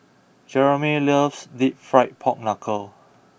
Jeramie loves Deep Fried Pork Knuckle